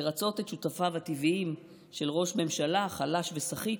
לרצות את שותפיו הטבעיים של ראש ממשלה חלש וסחיט,